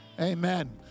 amen